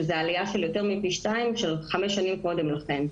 זאת עלייה של יותר מפי שניים לעומת חמש שנים קודם לכן.